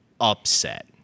upset